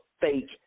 fake